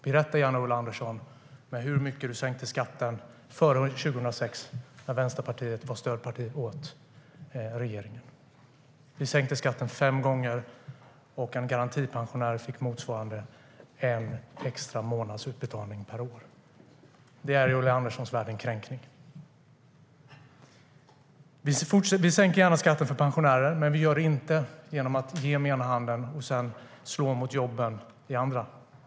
Berätta gärna, Ulla Andersson, med hur mycket du sänkte skatten före 2006 när Vänsterpartiet var stödparti åt regeringen. Vi sänker gärna skatten för pensionärer, men vi gör det inte genom att ge med den ena handen och slå mot jobben med den andra.